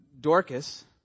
Dorcas